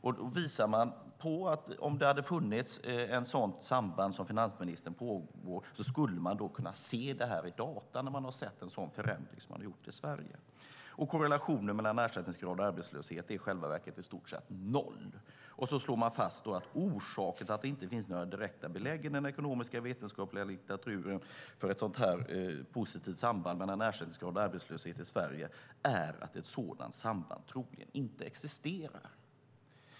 Man visar på att man om det hade funnits ett sådant samband som finansministern påstår hade kunnat se detta i datan, när man har sett en sådan förändring som man har gjort i Sverige. Korrelationen mellan ersättningsgrad och arbetslöshet är i själva verket i stort sett noll. Man slår fast att orsaken till att det inte finns några direkta belägg i den ekonomiska vetenskapliga litteraturen för ett positivt samband mellan ersättningsgrad och arbetslöshet i Sverige är att ett sådant samband troligen inte existerar.